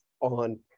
on